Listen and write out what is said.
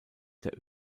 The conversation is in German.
der